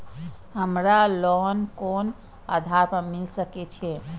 हमरा लोन कोन आधार पर मिल सके छे?